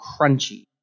crunchy